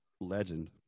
legend